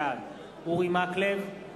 בעד אורי מקלב,